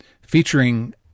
featuring